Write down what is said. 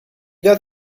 got